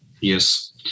Yes